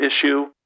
issue